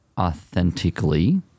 authentically